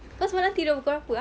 kau semalam tidur pukul berapa ah